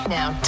Now